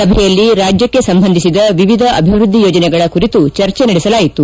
ಸಭೆಯಲ್ಲಿ ರಾಜ್ಯಕ್ಷೆ ಸಂಬಂಧಿಸಿದ ವಿವಿಧ ಅಭಿವೃದ್ದಿ ಯೋಜನೆಗಳ ಕುರಿತು ಚರ್ಚೆ ನಡೆಸಲಾಯಿತು